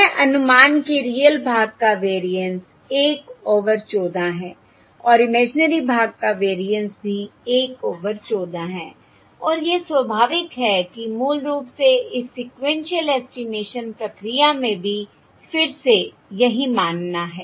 यह अनुमान के रियल भाग का वेरिएंस 1 ओवर 14 है और इमेजिनरी भाग का वेरिएंस भी 1 ओवर 14 है और यह स्वाभाविक है कि मूल रूप से इस सीक्वेन्शिअल एस्टिमेशन प्रक्रिया में भी फिर से यही मानना है